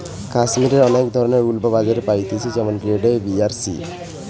কাশ্মীরের অনেক ধরণের উল বাজারে পাওয়া যাইতেছে যেমন গ্রেড এ, বি আর সি